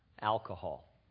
alcohol